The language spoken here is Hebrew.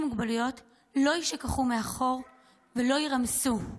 מוגבלויות לא יישכחו מאחור ולא יירמסו,